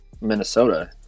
Minnesota